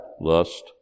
Lust